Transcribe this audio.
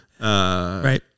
right